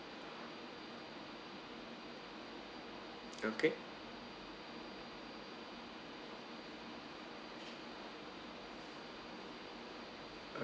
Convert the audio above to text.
okay